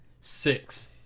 six